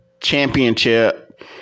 Championship